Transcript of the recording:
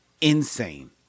insane